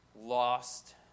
lost